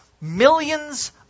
millions